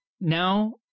Now